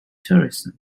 tourism